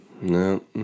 No